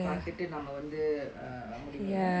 பாத்துட்டு நம்ம வந்து:paathuttu namma vanthu uh முடிவு:mudivu uh